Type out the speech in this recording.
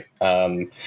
right